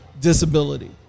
disability